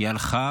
היא הלכה